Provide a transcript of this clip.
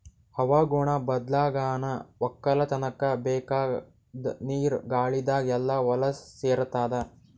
ಹವಾಗುಣ ಬದ್ಲಾಗನಾ ವಕ್ಕಲತನ್ಕ ಬೇಕಾದ್ ನೀರ ಗಾಳಿದಾಗ್ ಎಲ್ಲಾ ಹೊಲಸ್ ಸೇರತಾದ